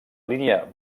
línia